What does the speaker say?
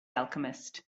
alchemist